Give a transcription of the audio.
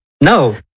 No